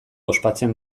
ospatzen